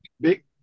Big